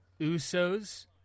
Usos